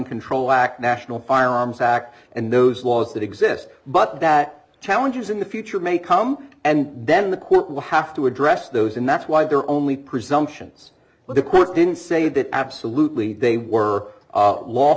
control act national firearms act and those laws that exist but that challenges in the future may come and then the court will have to address those and that's why there are only presumptions but the court didn't say that absolutely they were